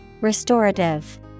Restorative